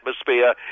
atmosphere